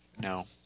no